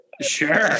Sure